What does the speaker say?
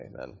amen